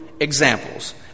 examples